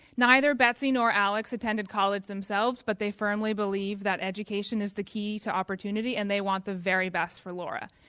neither betsy now alex attended college themselves but they firmly believe that education is the key to opportunity and they want the very best for laura.